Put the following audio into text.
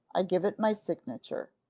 i give it my signature.